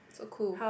so cool